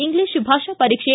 English ಭಾಷಾ ಪರೀಕ್ಷೆ